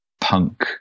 punk